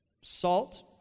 Salt